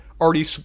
already